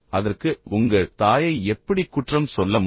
அதற்கு உங்கள் தாயை எப்படிக் குற்றம் சொல்ல முடியும்